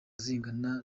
zingana